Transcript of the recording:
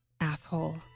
Asshole